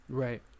Right